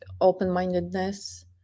open-mindedness